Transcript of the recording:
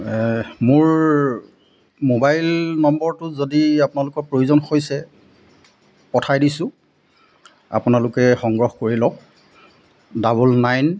মোৰ মোবাইল নম্বৰটো যদি আপোনালোকৰ প্ৰয়োজন হৈছে পঠাই দিছোঁ আপোনালোকে সংগ্ৰহ কৰি লওক ডাবল নাইন